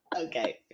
Okay